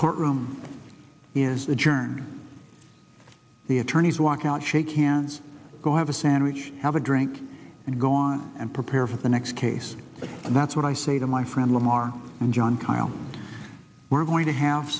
courtroom is the journey the attorneys walk out shake hands go have a sandwich have a drink and go on and prepare for the next case and that's what i say to my friend lamar and jon kyl we're going to have